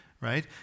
right